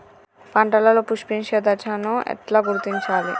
పంటలలో పుష్పించే దశను ఎట్లా గుర్తించాలి?